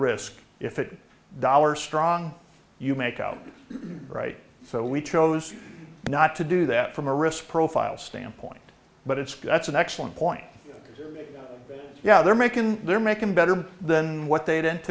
risk if it dollar strong you make out right so we chose not to do that from a risk profile standpoint but it's got it's an excellent point yeah they're making their make them better than what they didn't